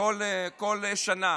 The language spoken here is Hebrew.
בכל שנה,